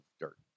dirt